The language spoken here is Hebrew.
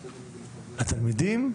לתלמידים,